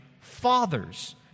fathers